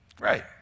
Right